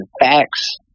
facts